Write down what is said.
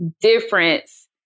difference